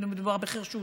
בין אם מדובר בחירשות,